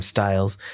Styles